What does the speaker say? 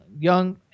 young